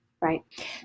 Right